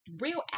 real